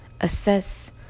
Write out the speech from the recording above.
assess